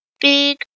big